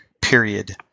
period